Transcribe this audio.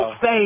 say